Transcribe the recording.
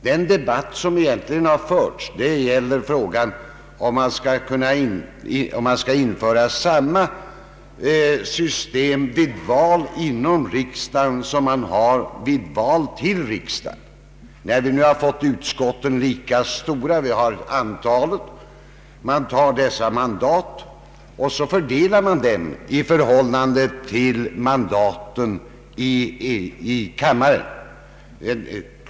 Den debatt som förts har gällt frågan om man skall införa samma system vid val inom riksdagen som man har vid val till riksdagen. Vi har nu fått 16 lika stora utskott, och samtliga utskottsplatser kan då fördelas proportionellt i förhållande till mandaten i kammaren.